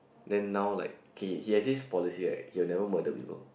then now like he he has his policy right he will never murder people